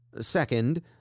Second